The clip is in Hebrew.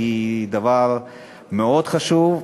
היא דבר מאוד חשוב.